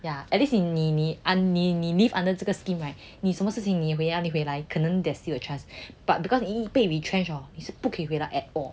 yeah at least 你你你你你你 leave under 这个 scheme right 你什么事情你等下你回来可能 there's still a chance but because 你一被 retrenched hor 就是不可以回来 at all